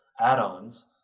add-ons